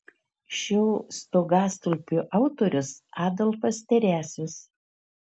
šio stogastulpio autorius adolfas teresius